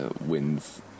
wins